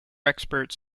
experts